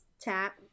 tap